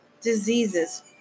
diseases